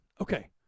okay